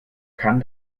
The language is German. kann